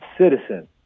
citizen